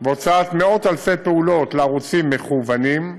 והוצאת מאות-אלפי פעולות לערוצים מקוונים.